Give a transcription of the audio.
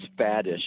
faddish